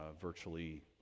virtually